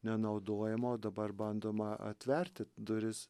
nenaudojama o dabar bandoma atverti duris